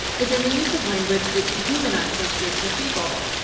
is in the use of language that dehumanizes groups of people.